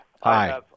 Hi